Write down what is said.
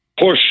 push